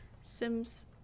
sims